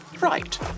Right